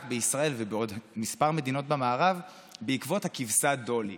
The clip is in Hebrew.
בישראל ובעוד כמה מדינות במערב בעקבות הכבשה דולי.